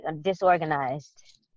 disorganized